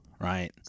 right